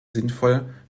sinnvoll